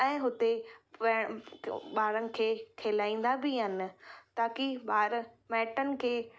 ऐं हुते ॿारनि खे खिलाईंदा बि आहिनि ताकी ॿार माइटनि खे